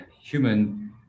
human